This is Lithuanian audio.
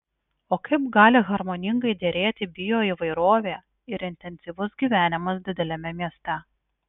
o kaip gali harmoningai derėti bioįvairovė ir intensyvus gyvenimas dideliame mieste